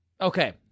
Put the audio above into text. Okay